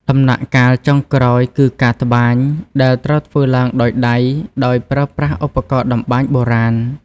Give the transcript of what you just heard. ដំណាក់កាលចុងក្រោយគឺ ការត្បាញ ដែលត្រូវធ្វើឡើងដោយដៃ ដោយប្រើប្រាស់ឧបករណ៍តម្បាញបុរាណ។